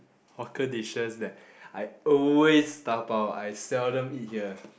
hawker dishes that I always dabao I seldom eat here